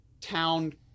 town